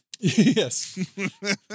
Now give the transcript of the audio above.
yes